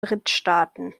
drittstaaten